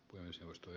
myös toistui